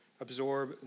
absorb